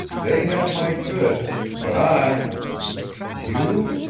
they have my goods but i you?